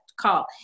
call